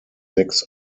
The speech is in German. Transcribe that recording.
sechs